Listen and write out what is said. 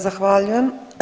Zahvaljujem.